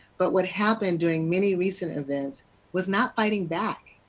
but, what happened during many recent events was not fighting back.